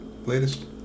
latest